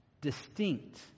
distinct